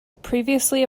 previously